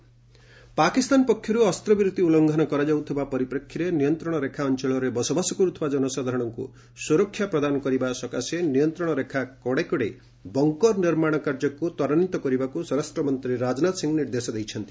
Rajnath J and K Pakistan ପକ୍ଷରୁ ଅସ୍ତ୍ରବିରତି ଉଲ୍ଲୁଘନ କରାଯାଉଥିବା ପରିପ୍ରେକ୍ଷୀରେ ନିୟନ୍ତ୍ରଣ ରେଖା ଅଞ୍ଚଳରେ ବସବାସ କରୁଥିବା କନସାଧାରଣଙ୍କୁ ସୁରକ୍ଷା ପ୍ରଦାନ କରିବା ସକାଶେ ନିୟନ୍ତ୍ରଣ ରେଖା କଡେ କଡେ ବଙ୍କର ନିର୍ମାଣ କାର୍ଯ୍ୟକୁ ତ୍ୱରାନ୍ଧିତ କରିବାକୁ ସ୍ୱରାଷ୍ଟ୍ର ମନ୍ତ୍ରୀ ରାଜନାଥ ସିଂ ନିର୍ଦ୍ଦେଶ ଦେଇଛନ୍ତି